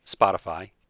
Spotify